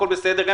הכול בסדר,